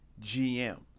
GM